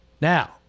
Now